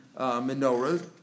menorah